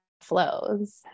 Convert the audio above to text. flows